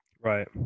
Right